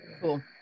Cool